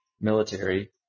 military